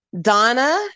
Donna